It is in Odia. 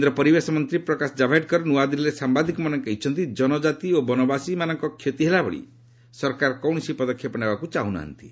କେନ୍ଦ୍ର ପରିବେଶ ମନ୍ତ୍ରୀ ପ୍ରକାଶ ଜାବ୍ଡେକର ନ୍ତଆଦିଲ୍ଲୀରେ ସାମ୍ବାଦିକମାନଙ୍କୁ କହିଛନ୍ତି ଜନଜାତି ଓ ବନବାସୀମାନଙ୍କର କ୍ଷତି ହେଲାଭଳି ସରକାର କୌଣସି ପଦକ୍ଷେପ ନେବାକୁ ଚାହୁଁ ନାହାନ୍ତି